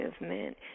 movement